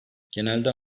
genelde